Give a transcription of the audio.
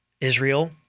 Israel